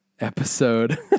episode